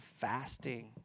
fasting